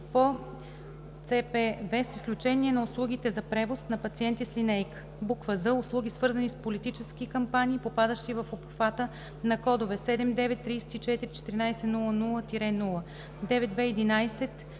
по CPV, с изключение на услугите за превоз на пациенти с линейка; з) услуги, свързани с политически кампании, попадащи в обхвата на кодове 79341400-0,